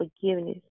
forgiveness